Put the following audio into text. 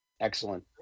Excellent